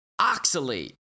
Oxalate